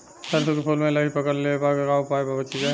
सरसों के फूल मे लाहि पकड़ ले ले बा का उपाय बा बचेके?